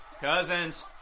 Cousins